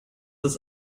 das